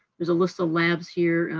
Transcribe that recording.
there's a list of labs here,